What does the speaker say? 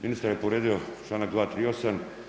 Ministar je povrijedio članak 238.